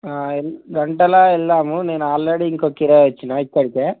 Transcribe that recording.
L గంటలా వెళదాము నేను ఆల్రెడీ ఇంకొక కిరాయి ఇచ్చినా ఇక్కడికే